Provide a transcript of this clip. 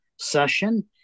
session